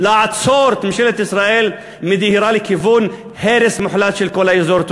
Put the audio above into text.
לעצור את ממשלת ישראל מדהירה לכיוון הרס מוחלט של כל האזור.